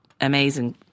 amazing